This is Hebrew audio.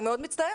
אני מאוד מצטערת.